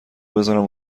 بذارم